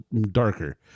darker